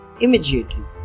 immediately